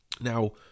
Now